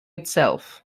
itself